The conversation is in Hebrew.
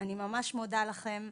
אני ממש מודה לכם.